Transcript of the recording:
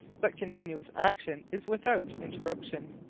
but continuous action is without interruption.